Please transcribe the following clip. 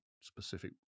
specific